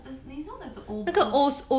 you know there's those old old